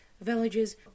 villages